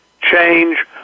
change